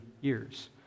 years